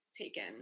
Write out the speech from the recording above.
taken